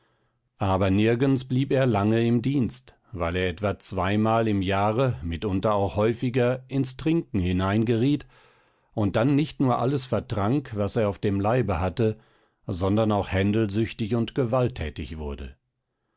aber nirgends blieb er lange im dienst weil er etwa zweimal im jahre mitunter auch häufiger ins trinken hineingeriet und dann nicht nur alles vertrank was er auf dem leibe hatte sondern auch händelsüchtig und gewalttätig wurde